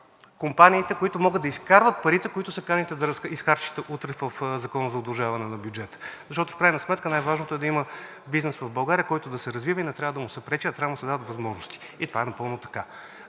компаниите, които могат да изкарват парите, които се каните да изхарчите утре в Закона за удължаване на бюджета. Защото в крайна сметка най-важното е да има бизнес в България, който да се развива, и не трябва да му се пречи, а трябва да му се дават възможности. Това е така.